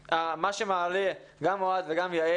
התרבות והספורט): לפי מה שאמרו אוהד ויעל,